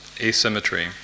asymmetry